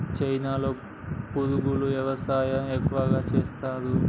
చైనాలో పురుగుల వ్యవసాయం ఎక్కువగా చేస్తరు